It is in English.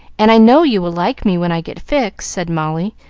and i know you will like me when i get fixed, said molly,